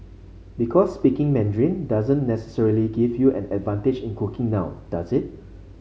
because speaking Mandarin doesn't necessarily give you an advantage in cooking now does it